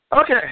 Okay